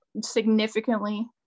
significantly